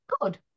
good